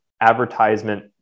advertisement